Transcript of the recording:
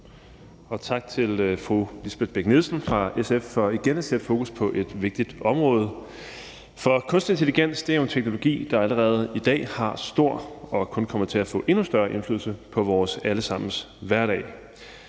og tak til fru Lisbeth Bech-Nielsen fra SF for igen at sætte fokus på et vigtigt område. For kunstig intelligens er jo en teknologi, der allerede i dag har stor og kun kommer til at få endnu større indflydelse på vores alle sammens hverdag.